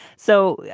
so, yeah